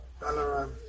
Balaram